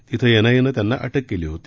तिथं एनआयएनं त्यांना अटक केली होती